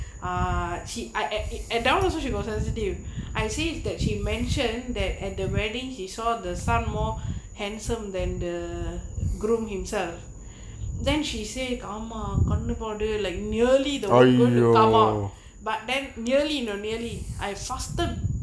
ah she I at at down was she got her sensitive I see if the she mentioned that at the wedding he saw the some more handsome than the groom himself then she said ஆமா கண்ணு போடு:aamaa kannu podu like nearly the all going to come out but then nearly nor nearly I faster